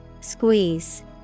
Squeeze